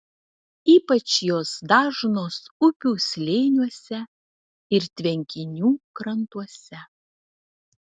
ypač jos dažnos upių slėniuose ir tvenkinių krantuose